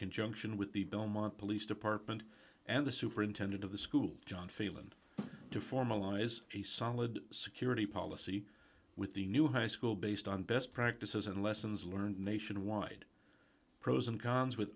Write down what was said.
conjunction with the belmont police department and the superintendent of the school john feal and to formalize a solid security policy with the new high school based on best practices and lessons learned nationwide pros and cons with